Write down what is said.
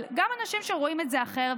אבל גם אנשים שרואים את זה אחרת,